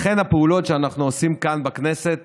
לכן הפעולות שאנחנו עושים כאן בכנסת